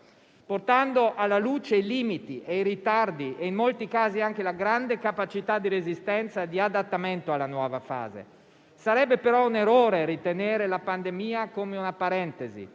portando alla luce limiti e ritardi, ma in molti casi anche una grande capacità di resistenza e di adattamento alla nuova fase. Sarebbe però un errore ritenere la pandemia come una parentesi.